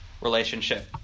relationship